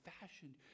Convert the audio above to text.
fashioned